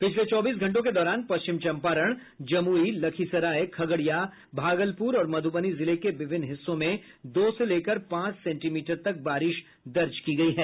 पिछले चौबीस घंटों के दौरान पश्चिम चंपारण जमुई लखीसराय खगड़िया भागलप्र और मध्बनी जिले के विभिन्न हिस्सों में दो से लेकर पांच सेंटीमीटर तक बारिश दर्ज की गयी है